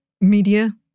media